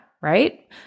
right